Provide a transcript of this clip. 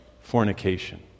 Fornication